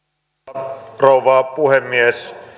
arvoisa rouva puhemies